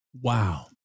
Wow